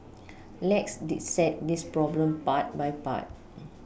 let's dissect this problem part by part